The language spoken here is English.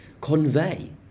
convey